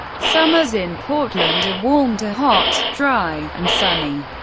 summers in portland are warm to hot, dry, and sunny.